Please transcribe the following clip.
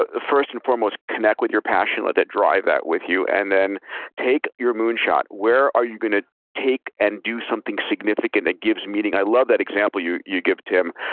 ah first and foremost, connect with your passion. let that drive that with you, and then take your moon shot. where are you going to take and do something significant that gives meaning? i love that example you you gave, tim,